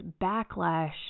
backlash